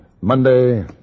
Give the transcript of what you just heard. Monday